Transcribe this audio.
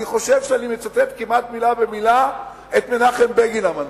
אני חושב שאני מצטט כמעט מלה במלה את מנחם בגין המנוח,